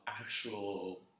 actual